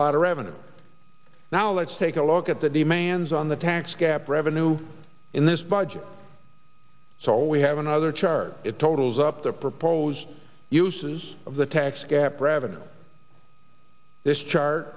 lot of revenue now let's take a look at the demands on the tax gap revenue in this budget so we have another chart it totals up their proposed uses of the tax gap revenue this chart